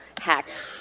hacked